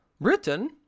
Britain